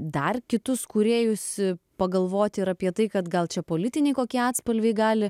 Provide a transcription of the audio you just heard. dar kitus kūrėjus pagalvot ir apie tai kad gal čia politiniai kokie atspalviai gali